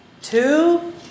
two